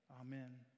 Amen